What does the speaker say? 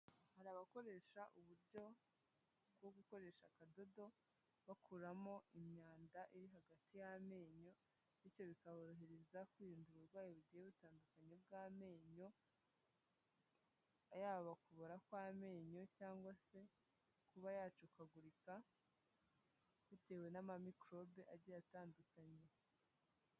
Hari abakoresha uburyo bwo gukoresha akadodo, Bakuramo imyanda iri hagati y'amenyo bityo bikaborohereza kwivura uburwayi bugiye butandukanye bw'amenyo yaba kubora kw'amenyo cyangwa se kuba yacukagurika bitewe n'amikorobe agiye atandukanye.